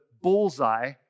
bullseye